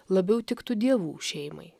labiau tiktų dievų šeimai